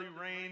rain